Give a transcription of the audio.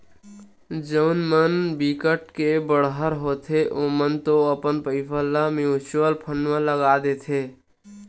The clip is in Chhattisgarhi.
जउन मन बिकट के बड़हर होथे ओमन तो अपन पइसा ल म्युचुअल फंड म लगा देथे